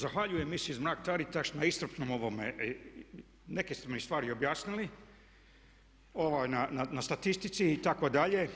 Zahvaljujem Miss Mrak Taritaš na iscrpnom ovome, neke ste mi stvari objasnili na statistici itd.